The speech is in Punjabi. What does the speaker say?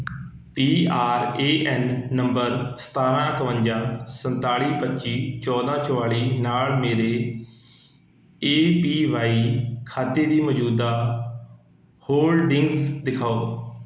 P R A N number ਸਤਾਰ੍ਹਾਂ ਇੱਕਵੰਜਾ ਸੰਤਾਲੀ ਪੱਚੀ ਚੌਦਾਂ ਚੋਆਲ਼ੀ ਨਾਲ਼ ਮੇਰੇ ਏ ਪੀ ਵਾਈ ਖਾਤੇ ਦੀ ਮੌਜੂਦਾ ਹੋਲਡਿੰਗਜ਼ ਦਿਖਾਓ